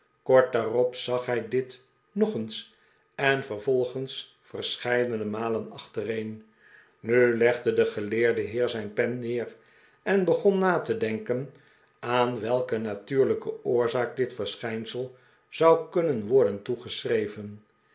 kort daarop zag hij dit nog eens en vervolgens verseheidene malen achtereen nu legde de geleerde heer zijn pen neer en begon na te denken aan welke natuurlijke oorzaak dit verschijnsel zou kunnen worden